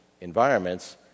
environments